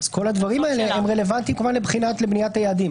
כל הדברים האלה רלוונטיים כמובן לבחינת בניית היעדים.